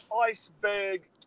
iceberg